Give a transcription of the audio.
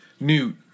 Newt